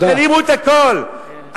תלאימו את הכול,